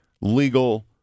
legal